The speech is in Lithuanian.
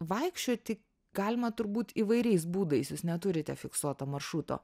vaikščioti galima turbūt įvairiais būdais jūs neturite fiksuoto maršruto